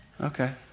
Okay